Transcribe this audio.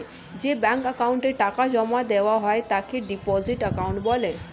যে ব্যাঙ্ক অ্যাকাউন্টে টাকা জমা দেওয়া হয় তাকে ডিপোজিট অ্যাকাউন্ট বলে